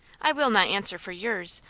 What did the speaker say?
i will not answer for yours,